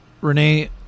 renee